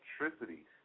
electricity